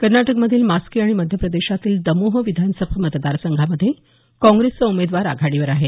कर्नाटकमधील मास्की आणि मध्य प्रदेशमधील दमोह विधानसभा मतदारसंघामध्ये काँग्रेसचा उमेदवार आघाडीवर आहे